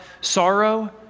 sorrow